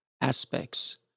aspects